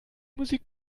musik